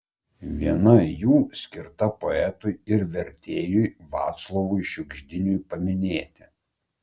viena jų skirta poetui ir vertėjui vaclovui šiugždiniui paminėti